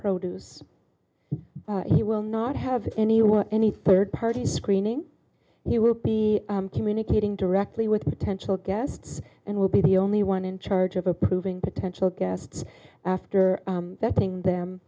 produce he will not have anyone any third party screening he will be communicating directly with potential guests and will be the only one in charge of approving potential guests after that thing them